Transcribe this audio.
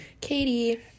Katie